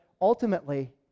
ultimately